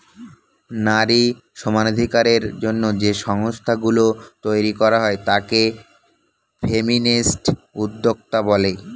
নারী সমানাধিকারের জন্য যে সংস্থা গুলো তৈরী করা হয় তাকে ফেমিনিস্ট উদ্যোক্তা বলে